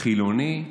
חילוני,